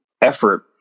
effort –